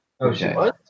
Okay